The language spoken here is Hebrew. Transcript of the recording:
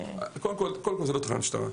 קודם כל, לא מדובר בתחנת משטרה.